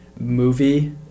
movie